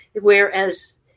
Whereas